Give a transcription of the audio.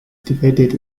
divided